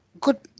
good